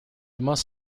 must